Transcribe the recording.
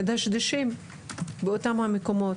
מדשדשים באותם המקומות.